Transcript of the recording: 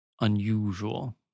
unusual